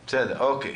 אוקי.